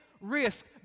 risk